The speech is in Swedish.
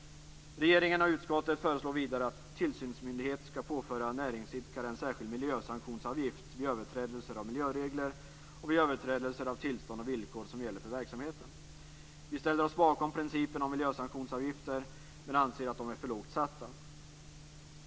Regeringen och utskottet föreslår vidare att tillsynsmyndighet skall påföra näringsidkare en särskild miljösanktionsavgift vid överträdelser av miljöregler och vid överträdelser av tillstånd och villkor som gäller för verksamheten. Vi kristdemokrater ställer oss bakom principen om miljösanktionsavgifter, men vi anser att de är för lågt satta.